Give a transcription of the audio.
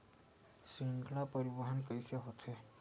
श्रृंखला परिवाहन कइसे होथे?